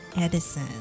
Edison